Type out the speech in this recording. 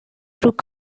through